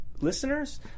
listeners